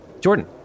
Jordan